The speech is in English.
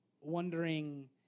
wondering